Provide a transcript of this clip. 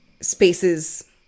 spaces